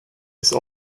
ist